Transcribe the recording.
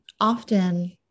often